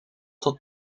tot